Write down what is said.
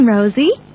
Rosie